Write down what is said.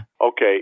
Okay